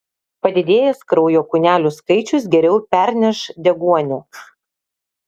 padidėjęs kraujo kūnelių skaičius geriau perneš deguonį